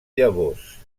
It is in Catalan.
llavors